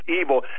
evil